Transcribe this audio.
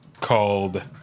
called